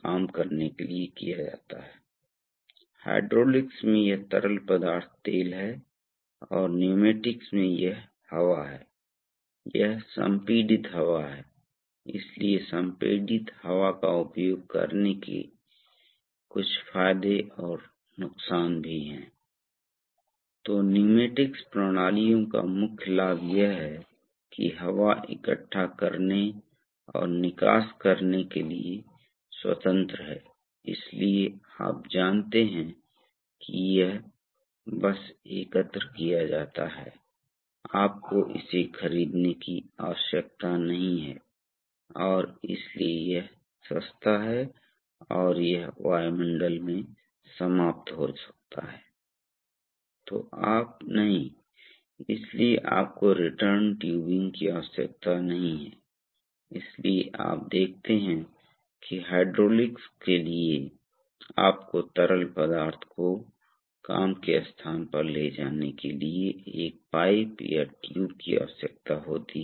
तो मुख्य विद्युत लाइन जिसके माध्यम से मुख्य तरल पदार्थ बहता है अगर इस बिंदु पर दबाव अधिक हो जाता है तो यह वाल्व संचालित होना चाहिए इसलिए यह बिंदु A इनलेट A से जुड़ा है और यह बिंदु B नाली से जुड़ा है ठीक है इसलिए यदि दबाव यहां अधिक हो जाता है तो यह बस एक पप्पेट जैसी चीज़ है यह जो इस स्प्रिंग से लोडेड है यह एक स्प्रिंग है आप क्रॉस सेक्शन देख सकते हैं इसलिए स्प्रिंग वास्तव में इसे नीचे दबाता है स्प्रिंग इसे नीचे दबाता है जब इसे दबाता है तो यह बंद हो जाता है लेकिन अगर इस बिंदु पर दबाव अधिक हो जाता है तो यह ऊपर धकेल दिया जाएगा इसे ऊपर धकेल दिया जाएगा और तरल पदार्थ इसके माध्यम से बह जाएगा यह इसके माध्यम से नाली में प्रवाहित हो जाएगा